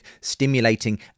stimulating